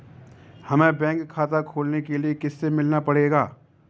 हमे बैंक में खाता खोलने के लिए किससे मिलना पड़ेगा?